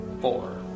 Four